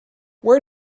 where